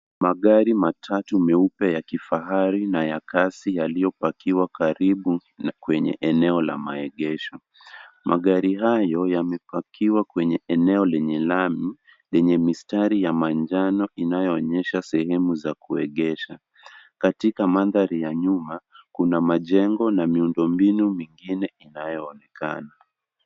Magari matatu meupe ya kifahari na ya kasi yaliyopakiwa karibu kwenye eneo la maegesho. Magari hayo yamepakiwa kwenye eneo lenye lami lenye mistari ya manjano inayoonyesha sehemu za kuegesha. Katika mandhari ya nyuma kuna majnego na miundombinu mingine inayoonekana.